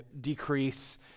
decrease